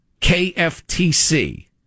KFTC